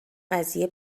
قضیه